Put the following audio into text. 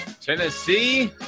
Tennessee